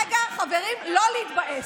רגע, חברים, לא להתבאס.